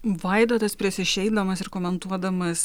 vaidotas prieš išeidamas ir komentuodamas